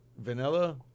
vanilla